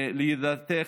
לידיעתך,